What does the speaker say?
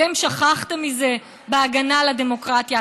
אתם שכחתם מזה בהגנה על הדמוקרטיה,